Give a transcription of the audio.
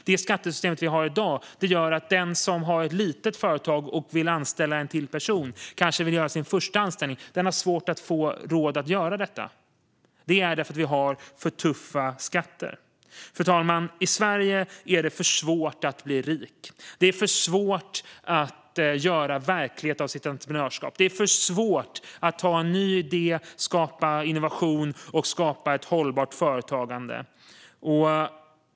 Det skattesystem vi har i dag gör att den som har ett litet företag och vill anställa en till person, eller kanske vill göra sin första anställning, har svårt att få råd att göra detta. Det är för att vi har för tuffa skatter. Fru talman! I Sverige är det för svårt att bli rik. Det är för svårt att göra verklighet av sitt entreprenörskap. Det är för svårt att ha en ny idé, skapa innovation och skapa ett hållbart företagande.